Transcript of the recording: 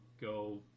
go